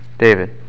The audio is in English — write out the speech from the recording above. David